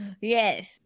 Yes